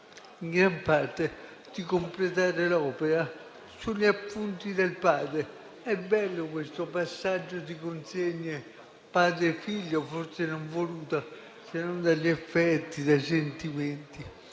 in gran parte di completare l'opera sugli appunti del padre. È bello questo passaggio di consegne padre-figlio, forse non voluto se non dagli affetti e dai sentimenti.